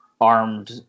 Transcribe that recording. armed